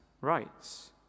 rights